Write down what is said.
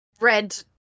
red